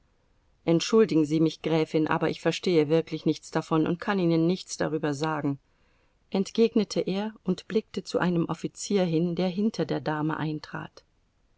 entschuldigen sie mich gräfin aber ich verstehe wirklich nichts davon und kann ihnen nichts darüber sagen entgegnete er und blickte zu einem offizier hin der hinter der dame eintrat